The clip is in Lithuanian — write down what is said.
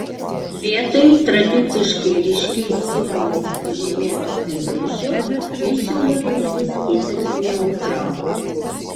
vietoj tradiciškai ryškiais simboliais pažymėto įvaizdžio ji siūlo rinktis itin neutralų